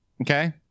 Okay